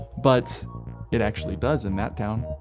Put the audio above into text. but it actually does in that town.